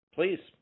Please